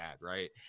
right